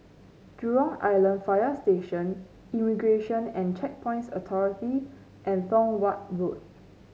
Jurong Island Fire Station Immigration And Checkpoints Authority and Tong Watt Road